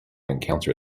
encounter